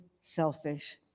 selfish